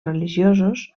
religiosos